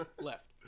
left